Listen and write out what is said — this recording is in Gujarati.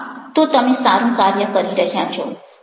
હા તો તમે સારું કાર્ય કરી રહ્યા છો